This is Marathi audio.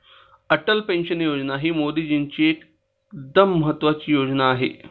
अटल पेन्शन योजना ही मोदीजींची एकदम महत्त्वाची योजना आहे